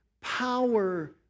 power